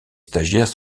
stagiaires